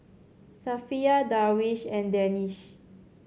Safiya Darwish and Danish